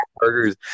burgers